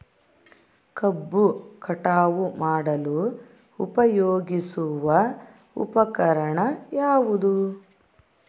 ಕಬ್ಬು ಕಟಾವು ಮಾಡಲು ಉಪಯೋಗಿಸುವ ಉಪಕರಣ ಯಾವುದು?